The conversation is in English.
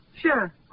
Sure